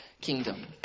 kingdom